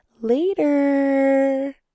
later